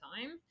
time